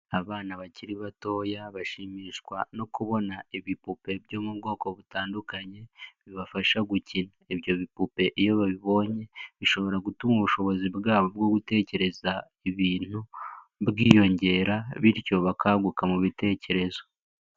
Abana bakiri batoya bashimishwa no kubona ibipupe byo mu bwoko butandukanye, bibafasha gukina ibyo bipupe iyo babibonye bishobora gutuma ubushobozi bwabo bwo gutekereza ibintu bwiyongera bityo bakaguka mu bitekerezo.